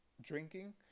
drinking